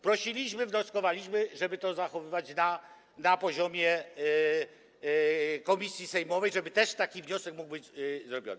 Prosiliśmy, wnioskowaliśmy, żeby to zachować na poziomie komisji sejmowej, żeby też taki wniosek mógł być wnoszony.